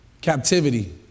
captivity